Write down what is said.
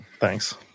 Thanks